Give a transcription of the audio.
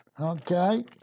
okay